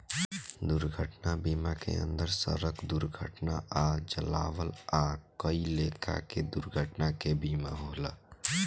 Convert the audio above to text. दुर्घटना बीमा के अंदर सड़क दुर्घटना आ जलावल आ कई लेखा के दुर्घटना के बीमा होला